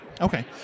Okay